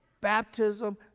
baptism